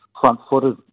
front-footed